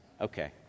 Okay